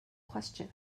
question